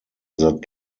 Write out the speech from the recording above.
that